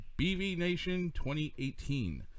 BVNation2018